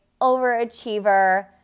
overachiever